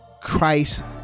Christ